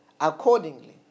accordingly